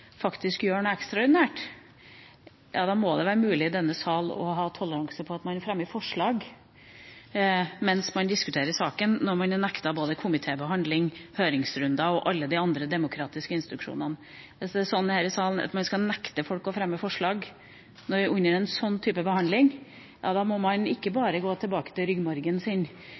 noe ekstraordinært, må det være mulig i denne sal å ha toleranse for at man fremmer forslag mens man diskuterer saken – når man er nektet både komitébehandling, høringsrunder og alle de andre demokratiske institusjonene. Hvis det er sånn her i salen at man skal nekte folk å fremme forslag under en sånn type behandling, må man ikke